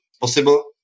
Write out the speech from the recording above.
possible